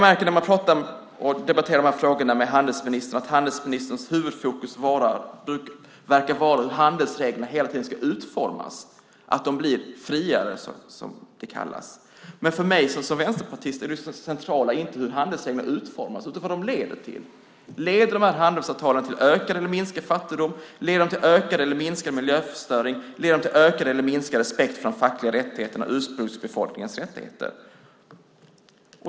När man debatterar de frågorna med handelsministern verkar handelsministerns huvudfokus vara hur handelsreglerna ska utformas och att de blir friare. För mig som vänsterpartist är inte det centrala hur handelsreglerna utformas utan vad de leder till. Leder handelsavtalen till ökad eller minskad fattigdom? Leder de till ökad eller minskad miljöförstöring? Leder de till ökad eller minskad respekt för de fackliga rättigheterna - ursprungsbefolkningens rättigheter?